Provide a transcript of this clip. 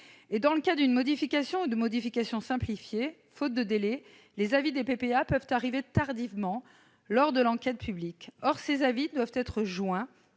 Dans le cadre d'une modification ou d'une modification simplifiée, faute de délai, les avis des PPA peuvent arriver tardivement lors de l'enquête publique. Or ces avis doivent être joints